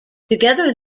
together